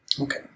Okay